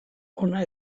hona